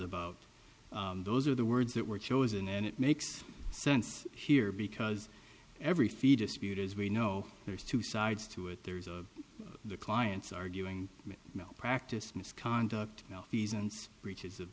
about those are the words that were chosen and it makes sense here because every fetus viewed as we know there's two sides to it there's the clients arguing practice misconduct eason's breaches of